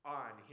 on